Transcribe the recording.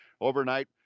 Overnight